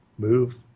move